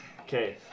Okay